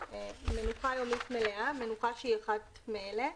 "מנוחה יומית מלאה" מנוחה שהיא אחת מאלה: